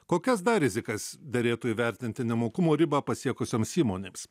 kokias dar rizikas derėtų įvertinti nemokumo ribą pasiekusioms įmonėms